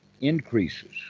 increases